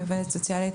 אני עובדת סוציאלית,